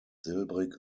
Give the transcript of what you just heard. silbrig